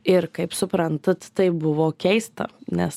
ir kaip suprantat tai buvo keista nes